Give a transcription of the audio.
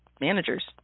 managers